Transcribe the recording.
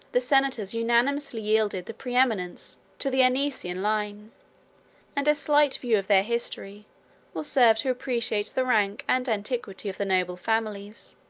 the senators unanimously yielded the preeminence to the anician line and a slight view of their history will serve to appreciate the rank and antiquity of the noble families,